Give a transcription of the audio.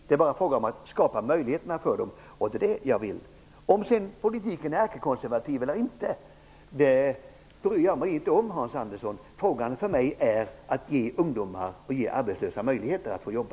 Det är bara fråga om att skapa möjligheterna för dem, och det är det jag vill. Om sedan politiken är ärkekonservativ eller inte bryr jag mig inte om, Hans Andersson. För mig gäller frågan att ge ungdomar och arbetslösa möjlighet att jobba.